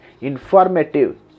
informative